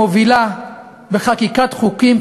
אני חושב שישראל היא בין המובילות בחקיקת חוקים,